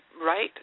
right